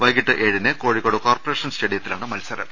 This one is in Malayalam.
വൈകീട്ട് ഏഴിന് കോഴി ക്കോട് കോർപ്പറേഷൻ സ്റ്റേഡിയത്തിലാണ് മത്സരം